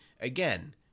again